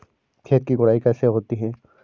खेत की गुड़ाई कैसे होती हैं?